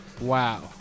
Wow